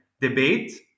debate